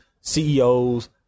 CEOs